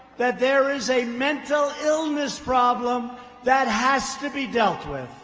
that there is a mental illness problem that has to be dealt with.